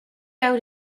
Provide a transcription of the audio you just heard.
out